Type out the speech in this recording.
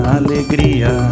alegria